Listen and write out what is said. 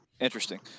Interesting